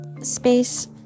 space